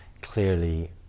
clearly